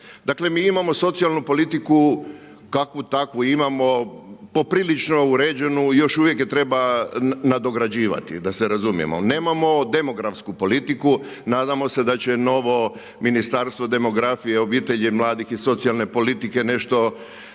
Dakle mi imamo socijalnu politiku, kakvu takvu imamo, poprilično uređenu i još uvijek je treba nadograđivati, da se razumijemo ali nemamo demografsku politiku, nadamo se da će novo ministarstvo demografije, obitelji i mladih i socijalne politike nešto